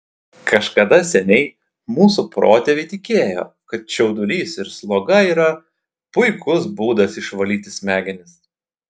kažkada seniai mūsų protėviai tikėjo kad čiaudulys ir sloga yra puikus būdas išvalyti smegenis